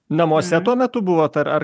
namuose tuo metu buvot ar ar